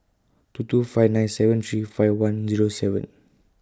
two two five nine seven three five one Zero seven